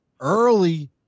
early